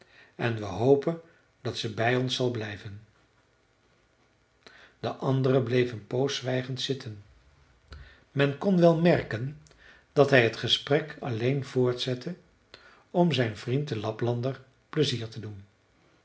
en we hopen dat ze bij ons zal blijven de andere bleef een poos zwijgend zitten men kon wel merken dat hij het gesprek alleen voortzette om zijn vriend den laplander pleizier te doen